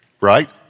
Right